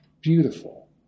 beautiful